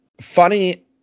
funny